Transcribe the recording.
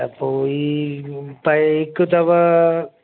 त पोइ इहा पए हिकु अथव